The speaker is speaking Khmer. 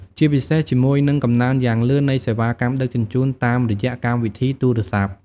ជាពិសេសជាមួយនឹងកំណើនយ៉ាងលឿននៃសេវាកម្មដឹកជញ្ជូនតាមរយៈកម្មវិធីទូរស័ព្ទ។